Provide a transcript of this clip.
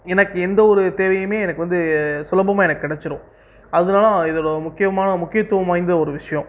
எனக்கு எந்த ஒரு தேவையுமே எனக்கு வந்து சுலபமா எனக்கு கெடச்சிடும் அதுதான் இதுல முக்கியமான முக்கியத்துவம் வாய்ந்த ஒரு விஷயம்